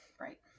Right